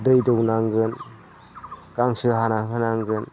दै दौनांगोन गांसो हानानै होनांगोन